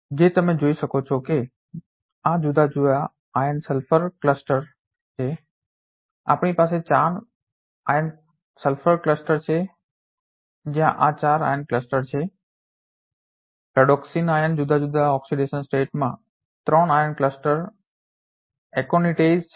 જેમ તમે જોઈ શકો છો કે આ જુદા જુદા આયર્ન સલ્ફર ક્લસ્ટર cluster સમૂહ છે આપણી પાસે 4 આયર્ન સલ્ફર ક્લસ્ટર cluster સમૂહ છે જ્યાં આ ચાર આયર્ન ક્લસ્ટર્સ cluster સમૂહ છે ફેરેડોક્સિન આયર્ન જુદા જુદા ઓક્સિડેશન સ્ટેટમાં ત્રણ આયર્ન ક્લસ્ટર cluster સમૂહ એકોનિટેઝ છે